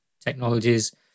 technologies